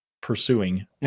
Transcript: pursuing